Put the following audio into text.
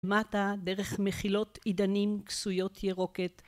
‫מטה, דרך מחילות עידנים קשויות ירוקת.